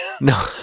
No